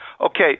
Okay